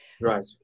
right